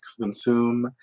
consume